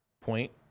Point